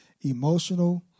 emotional